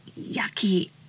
yucky